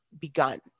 begun